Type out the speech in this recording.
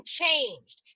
changed